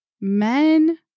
men